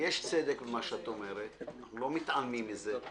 יש צדק במה שאת אומרת, לא מתעלמים מזה.